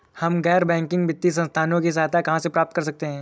हम गैर बैंकिंग वित्तीय संस्थानों की सहायता कहाँ से प्राप्त कर सकते हैं?